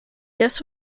this